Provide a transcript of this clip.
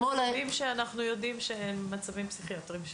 יש מצבים שאנחנו יודעים שהם מצבים פסיכיאטריים,